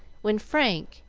when frank,